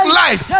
life